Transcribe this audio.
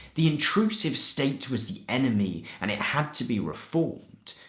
the intrusive state was the enemy and it had to be reformed.